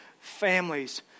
families